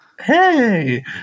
hey